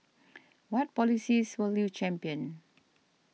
what policies will you champion